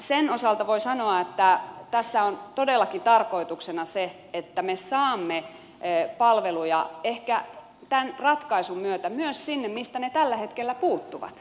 sen osalta voin sanoa että tässä on todellakin tarkoituksena se että me saamme palveluja ehkä tämän ratkaisun myötä myös sinne mistä ne tällä hetkellä puuttuvat